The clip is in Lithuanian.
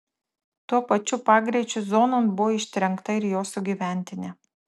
tuo pačiu pagreičiu zonon buvo ištrenkta ir jo sugyventinė